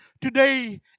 today